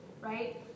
right